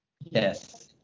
Yes